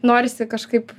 norisi kažkaip